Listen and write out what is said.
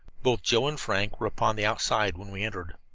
both joe and frank were upon the outside when we entered.